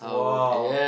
!wah!